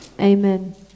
Amen